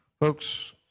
Folks